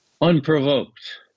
unprovoked